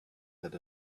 had